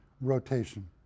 rotation